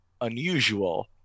unusual